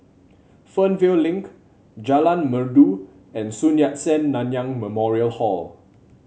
Fernvale Link Jalan Merdu and Sun Yat Sen Nanyang Memorial Hall